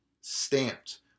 stamped